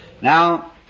Now